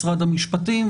משרד המשפטים,